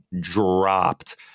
dropped